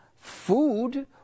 Food